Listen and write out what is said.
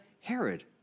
Herod